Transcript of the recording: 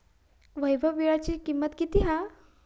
वैभव वीळ्याची किंमत किती हा?